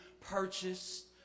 purchased